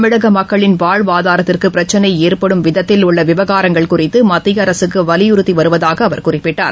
தமிழக மக்களின் வாழ்வாதாரத்திற்கு பிரச்சினை ஏற்படும் விதத்தில் உள்ள விவகாரங்கள் குறித்து மத்திய அரசுக்கு வலியுறுத்தி வருவதாக அவர் குறிப்பிட்டார்